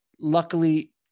luckily